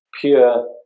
pure